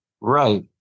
Right